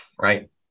right